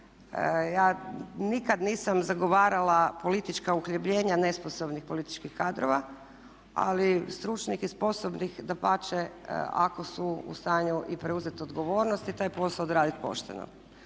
ja nikad nisam zagovarala politička uhljebljenja nesposobnih političkih kadrova ali stručnih i sposobnih dapače ako su u stanju i preuzeti odgovornost i taj posao odraditi pošteno.